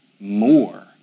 More